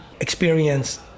experience